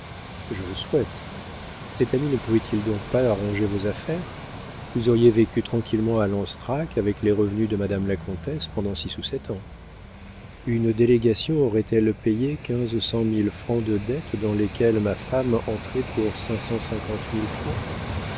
je le souhaite cet ami ne pouvait-il donc pas arranger vos affaires vous auriez vécu tranquillement à lanstrac avec les revenus de madame la comtesse pendant six ou sept ans une délégation aurait-elle payé quinze cent mille francs de dettes dans lesquelles ma femme entrait pour